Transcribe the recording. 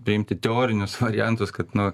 priimti teorinius variantus kad nu